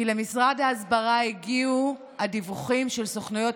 כי למשרד ההסברה הגיעו הדיווחים של סוכנויות